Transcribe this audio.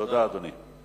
תודה, אדוני.